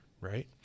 right